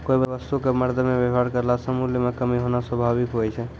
कोय वस्तु क मरदमे वेवहार करला से मूल्य म कमी होना स्वाभाविक हुवै छै